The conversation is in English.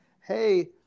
Hey